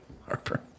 Harper